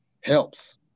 helps